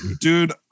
Dude